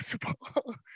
possible